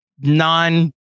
non